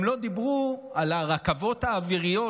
הם לא דיברו על הרכבות האוויריות